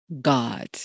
God